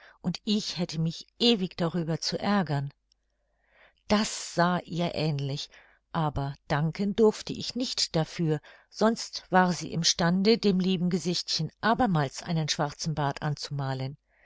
und ich hätte mich ewig darüber zu ärgern das sah ihr ähnlich aber danken durfte ich nicht dafür sonst war sie im stande dem lieben gesichtchen abermals einen schwarzen bart anzumalen